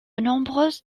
nombreuses